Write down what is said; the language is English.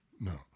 No